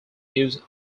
use